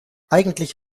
eigentlich